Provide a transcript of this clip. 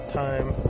time